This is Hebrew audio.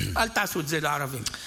אל תעשו את זה לערבים.